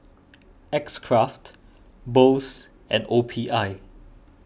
X Craft Bose and O P I